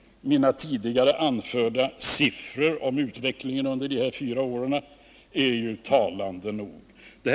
Mina tidigare anförda siffror om utvecklingen under de gångna fyra åren är talande nog.